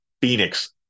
Phoenix